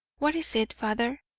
what is it, father?